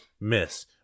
miss